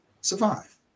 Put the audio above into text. Survive